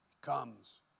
comes